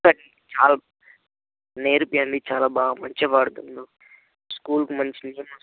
చాలా నేర్పియ్యండి చాలా బాగా మంచిగా పాడుతున్నాడు స్కూల్కి మంచి నేమ్ వస్తుంది